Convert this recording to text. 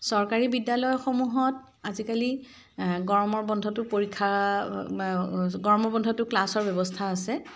চৰকাৰী বিদ্যালয়সমূহত আজিকালি গৰমৰ বন্ধটো পৰীক্ষা গৰমৰ বন্ধটো ক্লাছৰ ব্যৱস্থা আছে